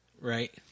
Right